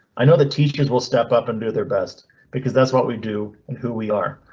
i know that teachers will step up and do their best because that's what we do and who we are,